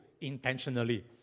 intentionally